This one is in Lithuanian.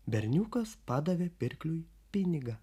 berniukas padavė pirkliui pinigą